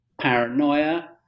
paranoia